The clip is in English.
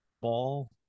ball